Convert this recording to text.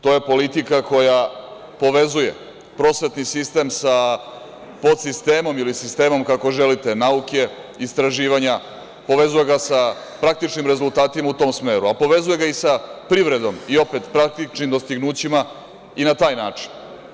To je politika koja povezuje prosvetni sistem sa podsistemom ili sistemom, kako želite, nauke, istraživanja, povezuje ga sa praktičnim rezultatima u tom smeru, a povezuje ga i sa privredom i opet praktičnim dostignućima i na taj način.